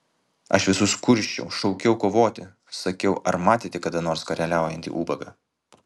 aš visus kursčiau šaukiau kovoti sakiau ar matėte kada nors karaliaujantį ubagą